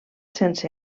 sense